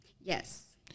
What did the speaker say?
Yes